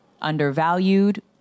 undervalued